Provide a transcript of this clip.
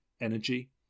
energy